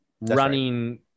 running